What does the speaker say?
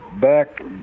back